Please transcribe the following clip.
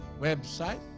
website